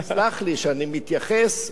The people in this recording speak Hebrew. סלח לי שאני מתייחס,